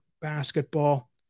basketball